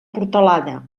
portalada